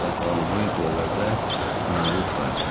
ва таомҳои болаззат маъруф аст.